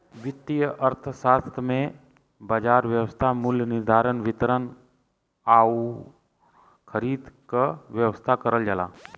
वित्तीय अर्थशास्त्र में बाजार व्यवस्था मूल्य निर्धारण, वितरण आउर खरीद क व्यवस्था करल जाला